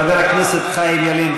חבר הכנסת חיים ילין.